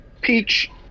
peach